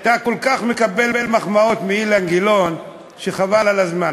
אתה מקבל כאלה מחמאות מאילן גילאון, שחבל על הזמן.